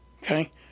Okay